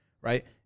right